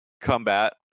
combat